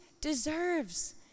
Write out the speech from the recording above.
deserves